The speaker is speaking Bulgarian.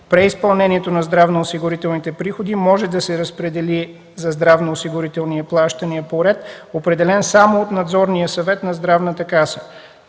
преизпълнението на здравноосигурителните приходи може да се разпредели за здравноосигурителни плащания по реда, определен само от Надзорния съвет на Здравната каса.